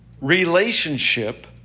relationship